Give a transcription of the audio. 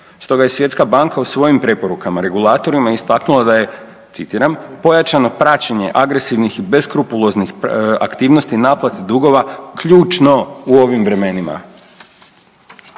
Stoga je Svjetska banka u svojim preporukama regulatorima istaknula da je, citiram, pojačano praćenje agresivnih i beskrupuloznih aktivnosti naplate dugova ključno u ovim vremenima.